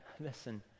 listen